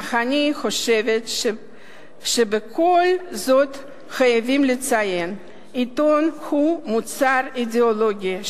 אך אני חושבת שבכל זאת חייבים לציין: עיתון הוא מוצר אידיאולוגי,